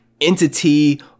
entity